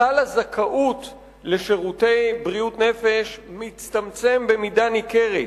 סל הזכאות לשירותי בריאות נפש מצטמצם במידה ניכרת.